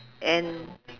and